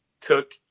took